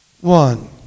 one